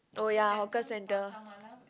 oh ya hawker center